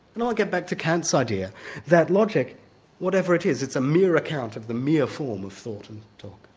now i'll get back to kant's idea that logic whatever it is, it's a mere account of the mere form of thought and talk